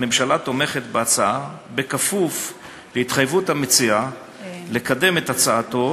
הממשלה תומכת בהצעה בכפוף להתחייבות המציע לקדם את הצעתו